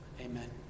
Amen